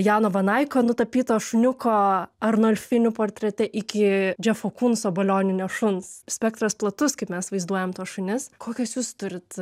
jano vanaiko nutapyto šuniuko arnorfinių portrete iki džefo kunso balioninio šuns spektras platus kaip mes vaizduojam tuos šunis kokias jūs turit